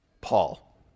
Paul